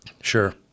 Sure